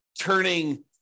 turning